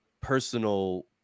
personal